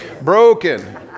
Broken